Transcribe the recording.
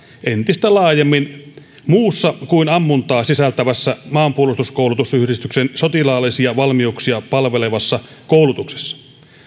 entistä laajemmin muussa kuin ammuntaa sisältävässä maanpuolustuskoulutusyhdistyksen sotilaallisia valmiuksia palvelevassa koulutuksessa